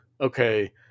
okay